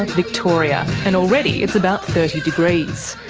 victoria, and already it's about thirty degrees.